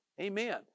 Amen